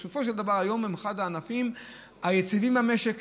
בסופו של דבר, היום הם אחד הענפים היציבים במשק.